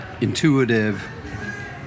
intuitive